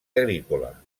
agrícola